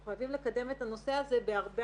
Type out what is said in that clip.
אנחנו חייבים לקדם את נושא הזה בהרבה